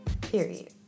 period